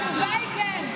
התשובה היא כן.